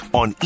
on